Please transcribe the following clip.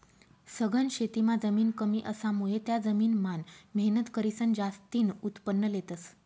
सघन शेतीमां जमीन कमी असामुये त्या जमीन मान मेहनत करीसन जास्तीन उत्पन्न लेतस